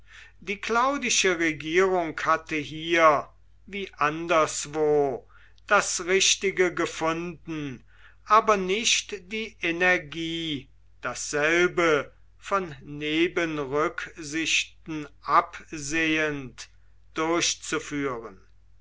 die claudische regierung hatte hier wie anderswo das richtige gefunden aber nicht die energie dasselbe von nebenrücksichten absehend durchzuführen